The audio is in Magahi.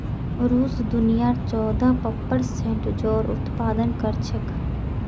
रूस दुनियार चौदह प्परसेंट जौर उत्पादन कर छेक